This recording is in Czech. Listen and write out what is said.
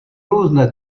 různé